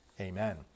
Amen